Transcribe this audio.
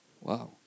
Wow